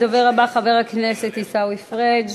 הדובר הבא, חבר הכנסת עיסאווי פריג',